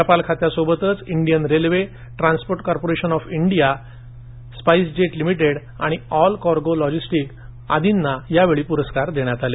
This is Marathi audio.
टपाल खात्यासोबतच Indian railway transport corporation of India SpiceJet limited आणि ऑल कार्गो लॉजिस्टिक्स् आदींना यावेळी पुरस्कार देण्यात आला